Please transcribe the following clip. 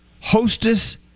Hostess